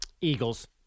Eagles